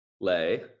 Lay